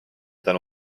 tänu